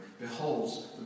beholds